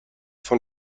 von